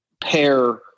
pair